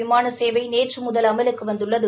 விமான சேவை நேற்று முதல் அமலுக்கு வந்துள்ளது